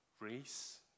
Race